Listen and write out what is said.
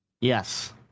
Yes